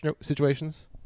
situations